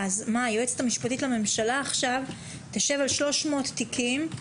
היועצת המשפטית לממשלה תשב על 300 תיקים,